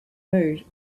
mood